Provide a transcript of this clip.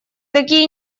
такие